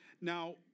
Now